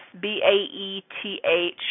B-A-E-T-H